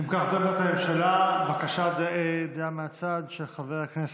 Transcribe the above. אפשר דעה נוספת?